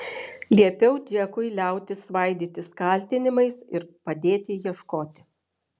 liepiau džekui liautis svaidytis kaltinimais ir padėti ieškoti